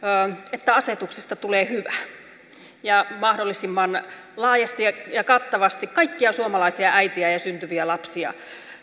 että asetuksesta tulee hyvä ja mahdollisimman laajasti ja kattavasti kaikkia suomalaisia äitejä ja syntyviä lapsia